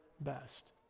best